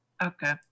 Okay